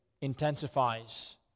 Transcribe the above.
intensifies